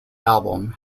album